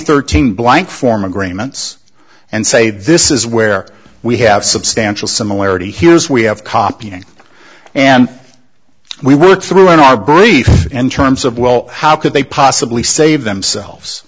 thirteen blank form agreements and say this is where we have substantial similarity here is we have copying and we worked through in our brief in terms of well how could they possibly save themselves